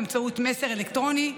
באמצעות מסר אלקטרוני,